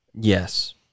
Yes